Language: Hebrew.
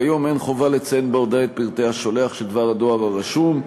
כיום אין חובה לציין בהודעה את פרטי השולח של דבר הדואר הרשום,